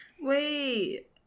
Wait